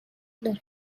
داره